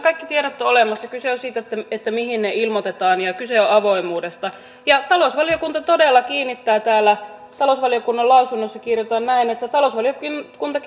kaikki tiedot ovat olemassa kyse on siitä mihin ne ilmoitetaan ja kyse on avoimuudesta talousvaliokunta todella kiinnittää tähän huomiota talousvaliokunnan lausunnossa kirjoitetaan näin talousvaliokunta